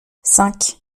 cinq